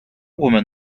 woman